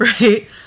right